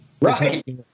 Right